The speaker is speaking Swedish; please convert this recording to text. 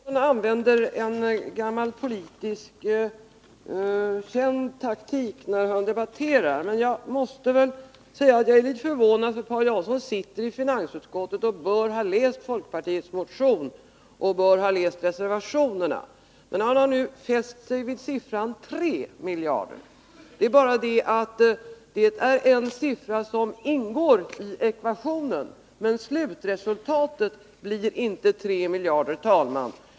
Herr talman! Paul Jansson använder en känd gammal politisk taktik när han debatterar. Men jag måste säga att jag är litet förvånad. Paul Jansson sitter i finansutskottet och bör ha läst folkpartiets motion samt reservationerna. Han har nu fäst sig vid summan 3 miljarder kronor. Det är en siffra som ingår i ekvationen. Men slutresultatet blir inte 3 miljarder kronor.